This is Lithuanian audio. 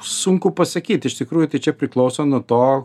sunku pasakyt iš tikrųjų tai čia priklauso nuo to